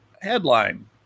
headline